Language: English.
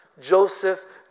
Joseph